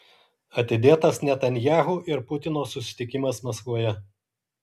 atidėtas netanyahu ir putino susitikimas maskvoje